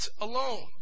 alone